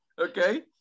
Okay